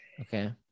Okay